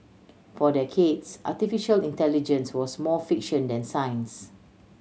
for decades artificial intelligence was more fiction than science